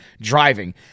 driving